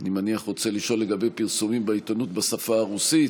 שאני מניח שרוצה לשאול לגבי פרסומים בעיתונות בשפה הרוסית,